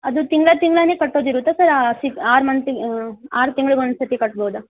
ಅದು ತಿಂಗಳು ತಿಂಗಳೇ ಕಟ್ಟೋದಿರತ್ತಾ ಸರ್ ಆ ಸಿಕ್ಸ್ ಆರು ಮಂತಿಗೆ ಆರು ತಿಂಗಳಿಗೊಂದ್ಸರ್ತಿ ಕಟ್ಬೋದ